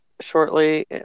shortly